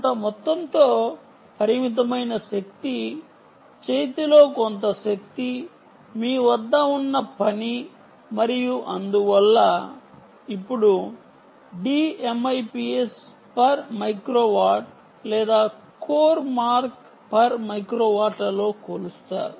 కొంత మొత్తంతో పరిమితమైన శక్తి చేతిలో కొంత శక్తి మీ వద్ద ఉన్న పని మరియు అందువల్ల ఇప్పుడు D MIPS per మైక్రోవాట్ లేదా కోర్ మార్క్ per మైక్రోవాట్ లో కొలుస్తారు